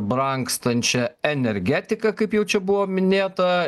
brangstančia energetika kaip jau čia buvo minėta